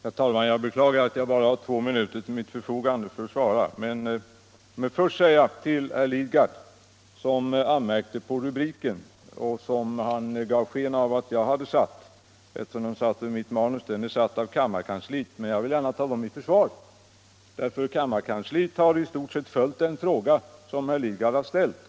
Herr talman! Jag beklagar att jag bara har två minuter till mitt förfogande för att svara. Låt mig först säga till herr Lidgard, som anmärkte på rubriken och gav sken av att jag hade satt den, eftersom den stod i mitt manus, att det är kammarkansliet som har satt rubriken. Men jag vill gärna ta kammarkansliet i försvar, för kammarkansliet har i stort sett följt den fråga som herr Lidgard ställt.